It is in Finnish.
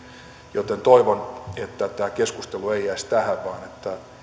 joten toivon että tämä keskustelu ei jäisi tähän vaan